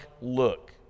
look